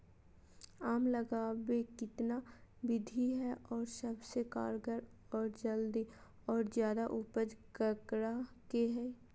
आम लगावे कितना विधि है, और सबसे कारगर और जल्दी और ज्यादा उपज ककरा में है?